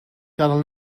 gadael